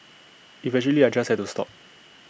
eventually I just had to stop